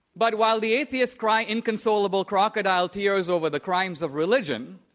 but while the atheists cry inconsolable crocodile tears over the crimes of religion,